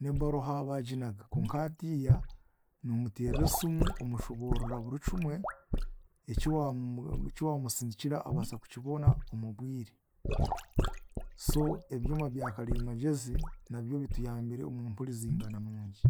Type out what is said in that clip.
n'ebaruha baaginaga konka hatiiya, noomuteerera esimu, omushoboororera buri kimwe eki waamusindikira abaasa kukibona omubwire so ebyoma bya karimagyezi nabyo bituyambire omu mpurizingana nungi.